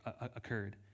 occurred